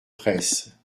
presse